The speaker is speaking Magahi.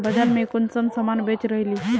बाजार में कुंसम सामान बेच रहली?